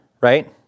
right